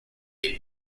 del